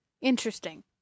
interesting